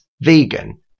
vegan